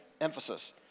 emphasis